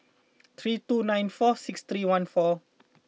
three two nine four six three one four